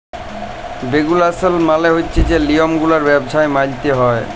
regulation মালে হছে যে লিয়মগুলা ব্যবছায় মাইলতে হ্যয়